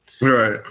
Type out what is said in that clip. Right